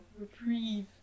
reprieve